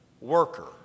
worker